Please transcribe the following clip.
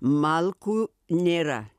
malkų nėra